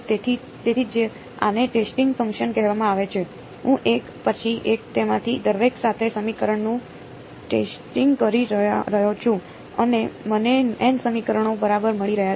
તેથી તેથી જ આને ટેસ્ટિંગ ફંક્શન કહેવામાં આવે છે હું એક પછી એક તેમાંથી દરેક સાથે સમીકરણનું ટેસ્ટિંગ કરી રહ્યો છું અને મને n સમીકરણો બરાબર મળી રહ્યાં છે